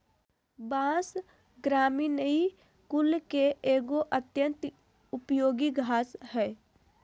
बाँस, ग्रामिनीई कुल के एगो अत्यंत उपयोगी घास हइ